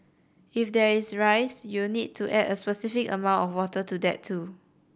if there is rice you'll need to add a specified amount of water to that too